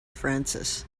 francis